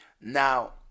now